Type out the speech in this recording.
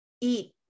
eat